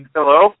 Hello